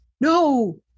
no